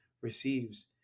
receives